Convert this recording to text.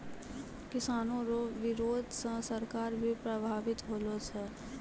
किसानो रो बिरोध से सरकार भी प्रभावित होलो छै